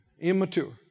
immature